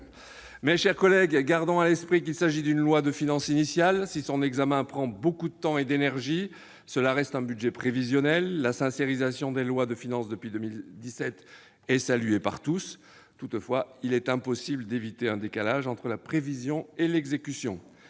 Mes chers collègues, gardons à l'esprit qu'il s'agit d'une loi de finances initiale. Si son examen prend beaucoup de temps et d'énergie, cela reste un budget prévisionnel. La « sincérisation » des lois de finances depuis 2017 est saluée par tous. Toutefois, il est impossible d'éviter un décalage entre la prévision et l'exécution,